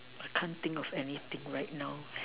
I can't think of anything right now